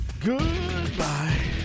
Goodbye